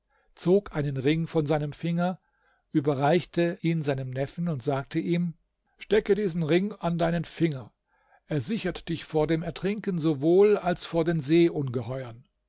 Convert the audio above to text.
zog einen ring von seinem finger überreichte ihn seinem neffen und sagte ihm stecke diesen ring an deinen finger er sichert dich vor dem ertrinken sowohl als vor den